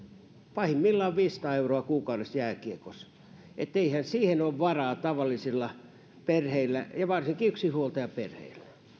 pahimmillaan viisisataa euroa kuukaudessa jääkiekossa että eihän siihen ole varaa tavallisilla perheillä ja varsinkaan yksinhuoltajaperheillä